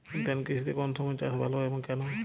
উদ্যান কৃষিতে কোন সময় চাষ ভালো হয় এবং কেনো?